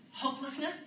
hopelessness